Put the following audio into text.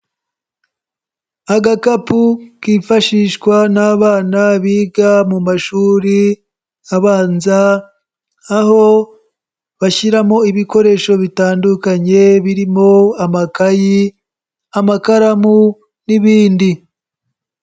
Agakapu kifashishwa n'abana biga mu mashuri abanza, aho bashyiramo ibikoresho bitandukanye birimo amakayi, amakaramu n'ibindi.